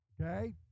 Okay